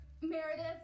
Meredith